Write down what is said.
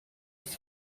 ist